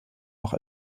noch